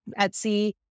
Etsy